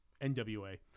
NWA